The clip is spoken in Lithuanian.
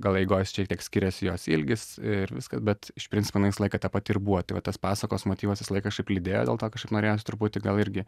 gal eigoj šiek tiek skiriasi jos ilgis ir viskas bet iš principo jinai visą laiką ta pati ir buvo tai va tas pasakos motyvas visą laiką kažkaip lydėjo dėl to kažkaip norėjosi truputį gal irgi